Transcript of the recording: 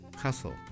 Castle